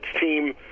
team